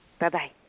Bye-bye